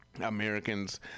Americans